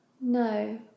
No